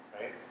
right